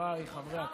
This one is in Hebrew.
חבריי חברי הכנסת,